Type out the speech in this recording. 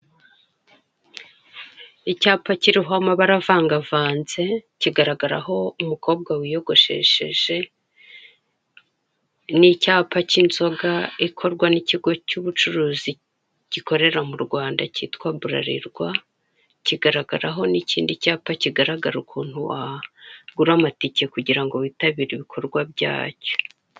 Icyapa kiriho amabara avangavanze, kigaragaraho umukobwa wiyogoshesheje, n'icyapa k'inzoga ikorwa n'ikigo cy'ubucuruzi gikorera mu Rwanda kitwa burarirwa, kigaragaraho n'ikindi cyapa kigaragara ukuntu wagura amatike kugirango witabire ibikorwa byacyo.